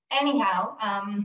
anyhow